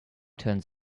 turns